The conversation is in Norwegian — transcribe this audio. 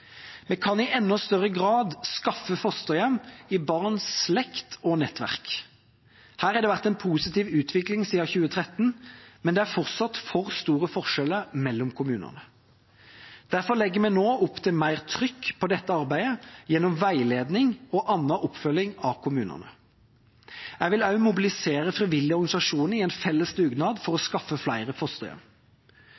Vi kan i enda større grad skaffe fosterhjem i barns slekt og nettverk. Her har det vært en positiv utvikling siden 2013, men det er fortsatt for store forskjeller mellom kommunene. Derfor legger vi nå opp til mer trykk på dette arbeidet gjennom veiledning og annen oppfølging av kommunene. Jeg vil også mobilisere frivillige organisasjoner i en felles dugnad for å